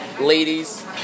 ladies